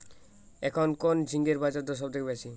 এখন কোন ঝিঙ্গের বাজারদর সবথেকে বেশি?